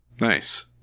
Nice